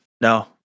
No